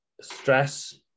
stress